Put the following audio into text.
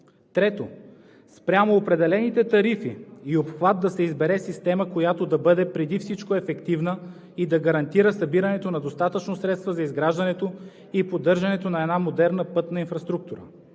Трето, спрямо определените тарифи и обхват да се избере система, която да бъде преди всичко ефективна и да гарантира събирането на достатъчно средства за изграждането и поддържането на една модерна пътна инфраструктура.